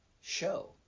show